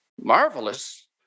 marvelous